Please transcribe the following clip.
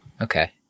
Okay